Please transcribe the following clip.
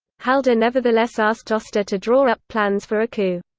halder nevertheless asked oster to draw up plans for a coup.